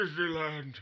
Disneyland